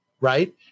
right